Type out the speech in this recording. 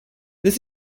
this